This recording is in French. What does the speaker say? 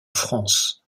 france